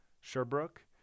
Sherbrooke